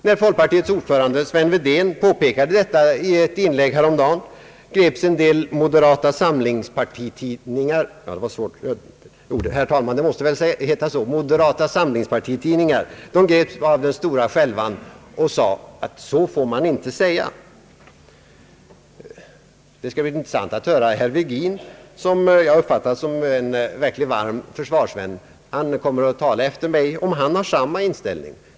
När folkpartiets ordförande Sven Wedén påpekade detta i ett anförande häromdagen, greps en del moderata samlingspartitidningar av stora skälvan och menade att så får man inte säga. Det skall bli intressant att höra om herr Virgin, som jag har uppfattat som en varm försvarsvän, har samma inställning.